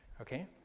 Okay